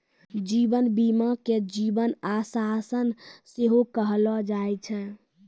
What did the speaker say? जीवन बीमा के जीवन आश्वासन सेहो कहलो जाय छै